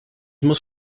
muss